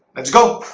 let's go